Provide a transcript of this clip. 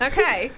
Okay